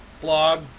blog